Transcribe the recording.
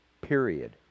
period